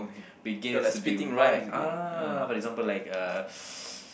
begins to divide ah for example like uh